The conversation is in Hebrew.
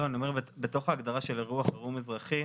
אני אומר שבתוך ההגדרה של אירוע חירום אזרחי,